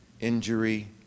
injury